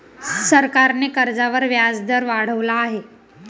सरकारने कर्जावर व्याजदर वाढवला आहे